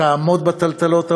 תעמוד בטלטלות העולמיות?